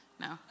No